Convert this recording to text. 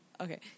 Okay